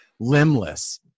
limbless